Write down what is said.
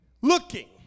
looking